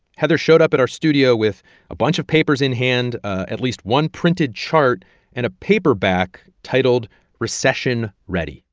heather showed up at our studio with a bunch of papers in hand, at least one printed chart and a paperback titled recession ready.